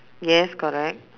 yes correct